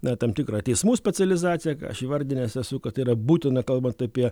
na tam tikrą teismų specializaciją ką aš įvardinęs esu kad yra būtina kalbant apie